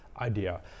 idea